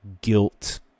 guilt